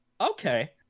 okay